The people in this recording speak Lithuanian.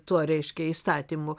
tuo reiškia įstatymu